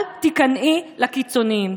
אל תיכנעי לקיצוניים.